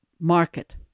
market